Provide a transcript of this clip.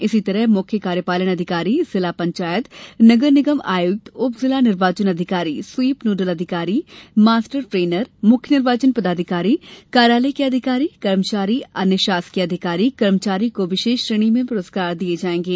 इसी तरह मुख्य कार्यपालन अधिकारी जिला पंचायत नगर निगम आयुक्त उप जिला निर्वाचन अधिकारी स्वीप नोडल अधिकारी मास्टर ट्रेनर मुख्य निर्वाचन पदाधिकारी कार्यालय के अधिकारी कर्मचारी अन्य शासकीय अधिकारी कर्मचारी को विशेष श्रेणी में पुरस्कार दिये जाएंगे